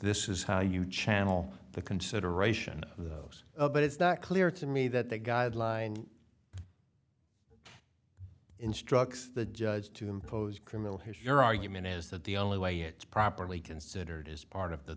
this is how you channel the consideration of those but it's not clear to me that the guideline instructs the judge to impose criminal his your argument is that the only way it's properly considered is part of the